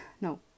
No